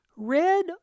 red